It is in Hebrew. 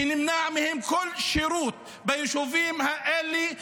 שנמנע מהם כל שירות ביישובים האלה,